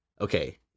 Okay